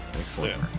excellent